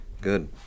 Good